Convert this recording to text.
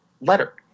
letter